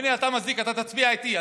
הינה, אתה מצדיק, אתה תצביע איתי.